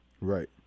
Right